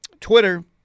Twitter